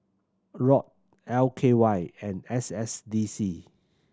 ROD L K Y and S S D C